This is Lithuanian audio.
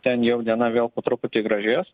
ten jau diena vėl po truputį gražės